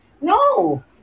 No